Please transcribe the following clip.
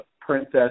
princess